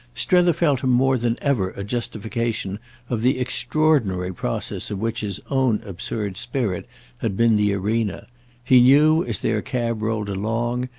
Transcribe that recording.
strether felt him more than ever a justification of the extraordinary process of which his own absurd spirit had been the arena he knew as their cab rolled along,